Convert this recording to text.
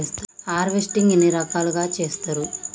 Harvesting ఎన్ని రకాలుగా చేస్తరు?